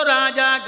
Raja